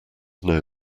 know